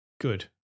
good